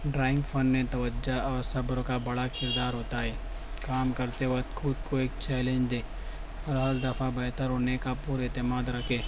drawing فن میں توجہ اور صبر کا بڑا کردار ہوتا ہے کام کرتے وقت خود کو ایک چیلنج دیں اور ہر دفعہ بہتر ہونے کا پراعتماد رکھیں